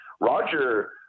roger